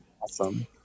Awesome